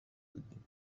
بودیم